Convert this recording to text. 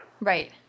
Right